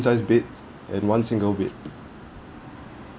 size beds and one single bed